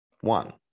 one